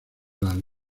las